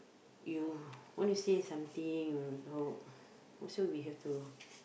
you wanna say something wanna talk also we have to